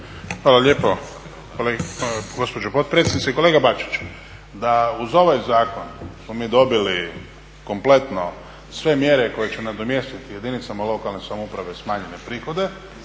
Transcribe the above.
Hvala lijepo gospođo potpredsjednice. Kolega Bačiću da uz ovaj zakon smo mi dobili kompletno sve mjere koje će nadomjestiti jedinicama lokalne samouprave smanjene prihode